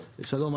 שלום,